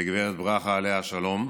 וגב' ברכה, עליה השלום,